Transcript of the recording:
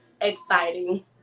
exciting